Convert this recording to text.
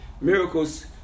miracles